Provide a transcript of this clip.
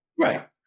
Right